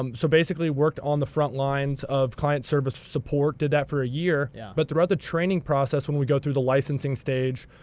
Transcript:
um so basically, worked on the front lines of client service support. did that for a year. yeah. but throughout the training process, when we go through the licensing stage,